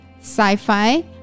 Sci-fi